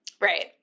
right